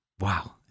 Wow